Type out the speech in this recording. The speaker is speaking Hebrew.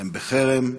הם בחרם.